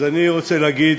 אני רוצה להגיד,